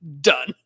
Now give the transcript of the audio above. Done